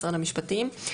משרד המשפטים.